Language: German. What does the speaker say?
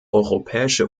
europäische